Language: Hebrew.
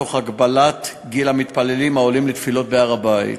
תוך הגבלת גיל המתפללים העולים לתפילות בהר-הבית,